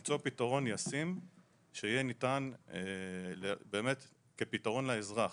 למצוא פתרון ישים שיהיה ניתן לתת כפתרון לאזרח.